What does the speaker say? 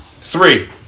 Three